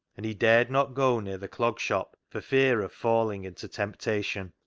and he dared not go near the clog shop for fear of falling into temptation.